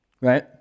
Right